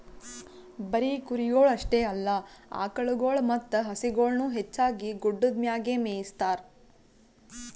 ಬರೀ ಕುರಿಗೊಳ್ ಅಷ್ಟೆ ಅಲ್ಲಾ ಆಕುಳಗೊಳ್ ಮತ್ತ ಹಸುಗೊಳನು ಹೆಚ್ಚಾಗಿ ಗುಡ್ಡದ್ ಮ್ಯಾಗೆ ಮೇಯಿಸ್ತಾರ